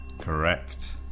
Correct